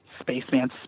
spaceman